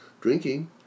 drinking